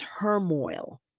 turmoil